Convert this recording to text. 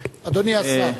אדוני השר.